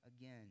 again